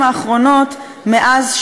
מבינינו שאוכלים בשר ואוכלים מזון